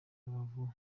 rubavu